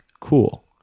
cool